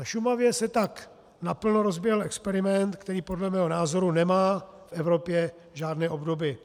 Na Šumavě se tak naplno rozběhl experiment, který podle mého názoru nemá v Evropě žádné obdoby.